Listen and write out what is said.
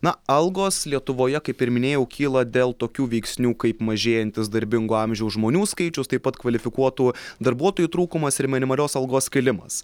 na algos lietuvoje kaip ir minėjau kyla dėl tokių veiksnių kaip mažėjantis darbingo amžiaus žmonių skaičius taip pat kvalifikuotų darbuotojų trūkumas ir minimalios algos kilimas